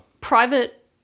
private